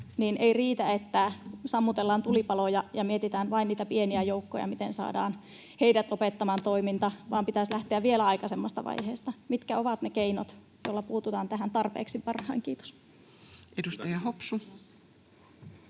ei riitä, että sammutellaan tulipaloja ja mietitään vain niitä pieniä joukkoja, miten heidät saadaan lopettamaan toiminta, vaan pitäisi lähteä vielä aikaisemmasta vaiheesta. Mitkä ovat ne keinot, joilla puututaan tähän tarpeeksi varhain? — Kiitos. [Speech 310]